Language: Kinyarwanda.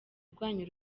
rwanyu